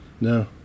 No